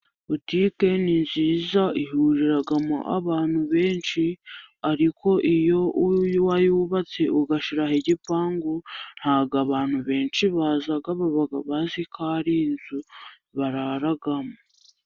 Butike ni nziza, ihuriramo abantu benshi. Ariko iyo wayubatse, ugashyiraho igipangu, ntabwo abantu benshi baza, baba bazi ko ari inzu bararamo.